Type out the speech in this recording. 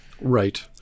right